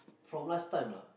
from last time lah